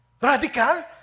Radical